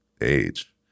age